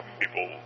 people